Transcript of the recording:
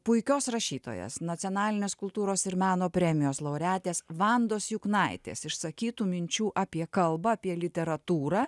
puikios rašytojas nacionalinės kultūros ir meno premijos laureatės vandos juknaitės išsakytų minčių apie kalbą apie literatūrą